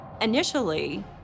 Initially